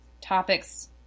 topics